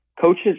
coaches